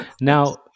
Now